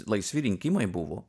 laisvi rinkimai buvo